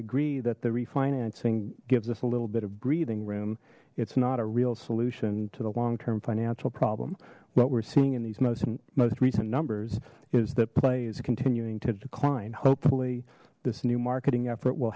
agree that the refinancing gives us a little bit of breathing room it's not a real solution to the long term financial problem what we're seeing in these most most recent numbers is that play is continuing to decline hopefully this new marketing effort will